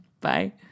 Bye